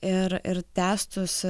ir ir tęstųsi